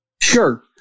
Sure